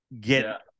get